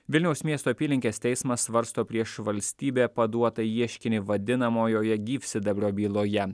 vilniaus miesto apylinkės teismas svarsto prieš valstybę paduotą ieškinį vadinamojoje gyvsidabrio byloje